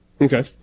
Okay